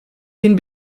den